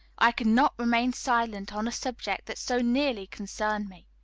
i could not remain silent on a subject that so nearly concerned me.